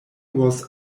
was